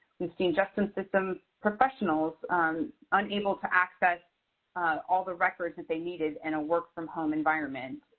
we've seen justice system professionals unable to access all the records that they needed in a work from home environment.